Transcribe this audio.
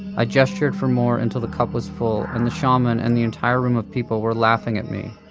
i gestured for more until the cup was full and the shaman and the entire room of people were laughing at me.